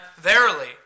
Verily